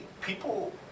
People